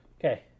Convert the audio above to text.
Okay